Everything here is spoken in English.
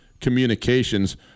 Communications